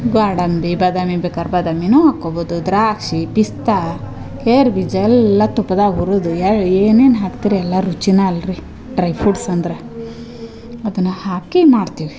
ಗ್ವಾಡಂಬಿ ಬಾದಾಮಿ ಬೇಕಾರೆ ಬಾದಾಮಿನು ಹಾಕೊಬೋದು ದ್ರಾಕ್ಷಿ ಪಿಸ್ತಾ ಗೇರು ಬೀಜ ಎಲ್ಲ ತುಪ್ಪದಾಗ ಹುರುದು ಯಾರು ಏನೇನು ಹಾಕ್ತಿರ ಎಲ್ಲ ರುಚಿನ ಅಲ್ರಿ ಡ್ರೈ ಫ್ರೂಟ್ಸ್ ಅಂದರೆ ಅದನ್ನ ಹಾಕಿ ಮಾಡ್ತೆವಿ